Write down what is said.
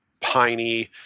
piney